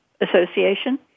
association